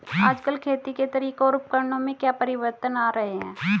आजकल खेती के तरीकों और उपकरणों में क्या परिवर्तन आ रहें हैं?